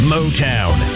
Motown